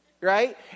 Right